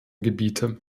gebiete